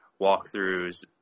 walkthroughs